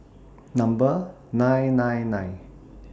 Number nine nine nine